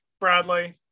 Bradley